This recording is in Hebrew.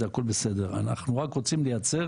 אנחנו רק רוצים לייצר